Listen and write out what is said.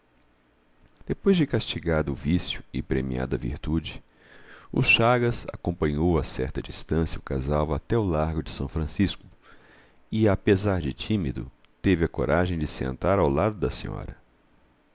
depois de castigado o vício e premiada a virtude o chagas acompanhou a certa distância o casal até o largo de são francisco e apesar de tímido teve a coragem de sentar ao lado da senhora